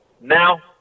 Now